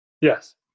Yes